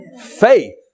Faith